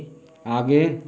आगे